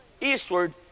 eastward